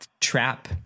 trap